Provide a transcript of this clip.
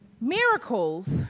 Miracles